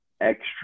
extra